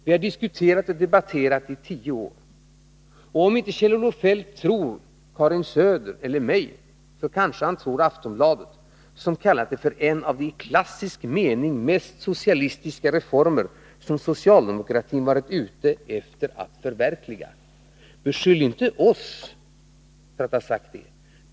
Vi har diskuterat i tio år, och om Kjell-Olof Feldt inte tror Karin Söder eller mig, kanske han tror Aftonbladet, som kallat förslaget för en av de i klassisk mening mest socialistiska reformer som socialdemokratin varit ute efter att förverkliga. Beskyll inte oss för att ha sagt det!